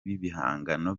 b’ibihangano